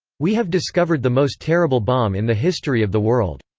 we have discovered the most terrible bomb in the history of the world.